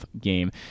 game